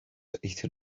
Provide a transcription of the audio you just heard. aethon